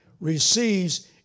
receives